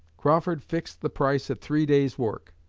crawford fixed the price at three days' work,